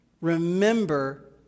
remember